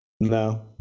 No